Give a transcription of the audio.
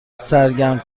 سرگرم